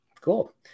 cool